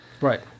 Right